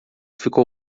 ficou